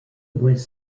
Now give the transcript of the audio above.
was